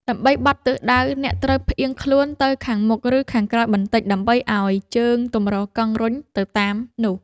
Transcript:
ដើម្បីបត់ទិសដៅ អ្នកត្រូវផ្អៀងខ្លួនទៅខាងមុខ ឬខាងក្រោយបន្តិច ដើម្បីឱ្យជើងទម្រកង់រុញទៅតាមនោះ។